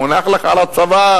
מונח לך על הצוואר,